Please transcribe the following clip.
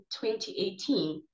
2018